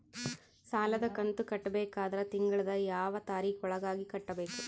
ಸಾಲದ ಕಂತು ಕಟ್ಟಬೇಕಾದರ ತಿಂಗಳದ ಯಾವ ತಾರೀಖ ಒಳಗಾಗಿ ಕಟ್ಟಬೇಕು?